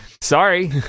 sorry